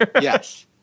Yes